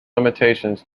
limitations